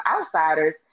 outsiders